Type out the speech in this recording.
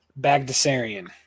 Bagdasarian